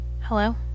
hello